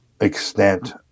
extent